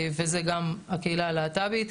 וזה גם הקהילה הלהט"בית.